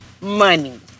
money